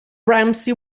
ramsey